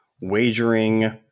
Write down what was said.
wagering